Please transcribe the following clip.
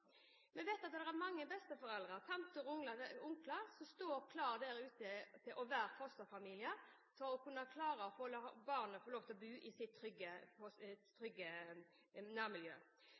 Vi vet at det er mange besteforeldre, tanter og onkler som står klare der ute til å være fosterfamilier for at barnet skal få lov til å bo i sitt trygge